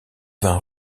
vin